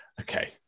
Okay